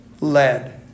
led